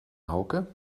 hauke